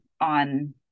on